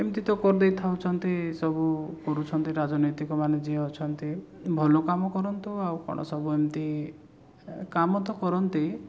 ଏମତି ତ କରଦେଇ ଥାଉଛନ୍ତି ସବୁ କରୁଛନ୍ତି ରାଜନୀତିକମାନେ ଯିଏ ଅଛନ୍ତି ଭଲ କାମ କରନ୍ତୁ ଆଉ କ'ଣ ସବୁ ଏମତି କାମ ତ କରନ୍ତି